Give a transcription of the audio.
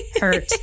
hurt